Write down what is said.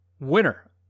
winner